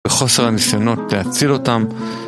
בחוסר הניסיונות להציל אותם